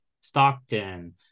Stockton